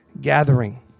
gathering